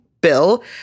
Bill